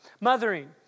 mothering